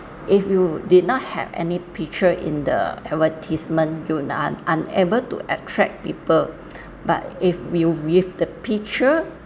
if you did not have any picture in the advertisement you are unable to attract people but if will with the picture